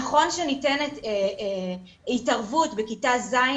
נכון שניתנת התערבות בכיתה ז',